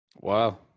Wow